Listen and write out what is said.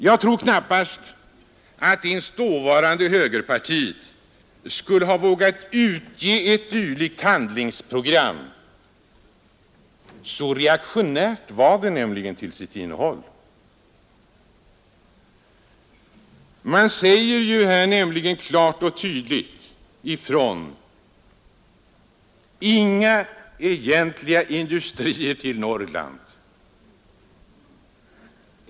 Jag tror knappast att ens dåvarande högerpartiet skulle ha vågat utge ett dylikt handlingsprogram, så reaktionärt var det nämligen till sitt innehåll. Man säger ju här klart och tydligt ifrån: inga egentliga industrier till Norrland.